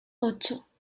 ocho